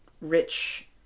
rich